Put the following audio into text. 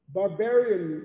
barbarian